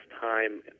time